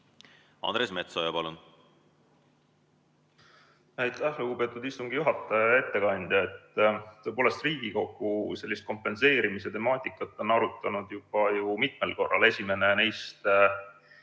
Andres Metsoja, palun!